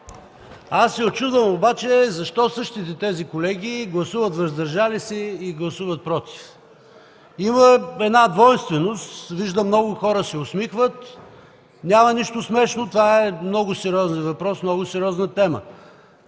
Аз се учудвам обаче защо същите тези колеги гласуват „въздържали се” и „против”?! Има една двойственост. Виждам, много хора се усмихват. Няма нищо смешно. Това е много сериозен въпрос и много сериозна тема.